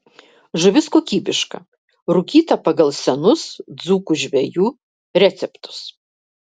žuvis kokybiška rūkyta pagal senus dzūkų žvejų receptus